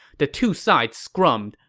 the two sides scrummed.